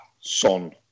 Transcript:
son